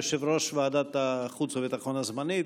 יושב-ראש ועדת החוץ והביטחון הזמנית,